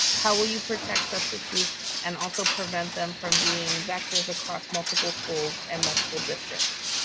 how will you protect substitutes and also prevent them from being vectors across multiple schools and multiple districts?